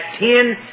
ten